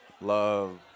Love